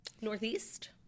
Northeast